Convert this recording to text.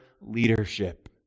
leadership